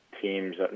teams